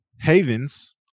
Havens